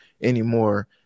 anymore